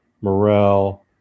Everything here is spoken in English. Morrell